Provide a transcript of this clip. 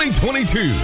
2022